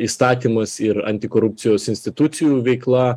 įstatymas ir antikorupcijos institucijų veikla